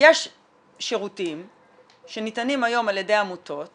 יש שירותים שניתנים היום על ידי העמותות